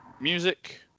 music